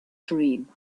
dream